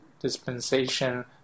dispensation